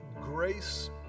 grace